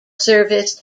service